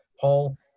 Paul